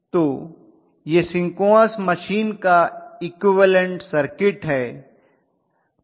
तो यह सिंक्रोनस मशीन का इक्विवलन्ट सर्किट है